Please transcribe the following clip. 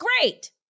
great